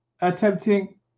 attempting